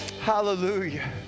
hallelujah